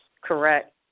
Correct